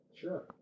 Sure